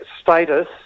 status